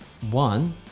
One